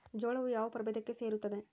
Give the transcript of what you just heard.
ಜೋಳವು ಯಾವ ಪ್ರಭೇದಕ್ಕೆ ಸೇರುತ್ತದೆ?